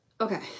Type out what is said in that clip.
okay